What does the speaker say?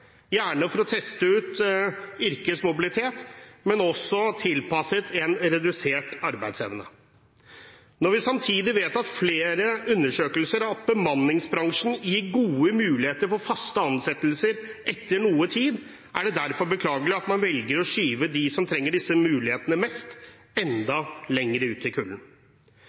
gjerne for å teste ut yrkesmobilitet, men også tilpasset en redusert arbeidsevne. Når vi samtidig vet fra flere undersøkelser at bemanningsbransjen gir gode muligheter for faste ansettelser etter noe tid, er det derfor beklagelig at man velger å skyve dem som trenger disse mulighetene mest, enda lenger ut i